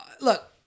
Look